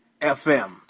FM